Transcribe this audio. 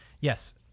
Yes